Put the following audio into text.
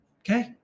Okay